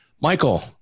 Michael